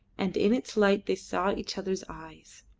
and in its light they saw each other's eyes.